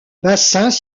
bassins